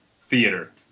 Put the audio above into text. theater